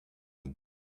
him